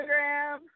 Instagram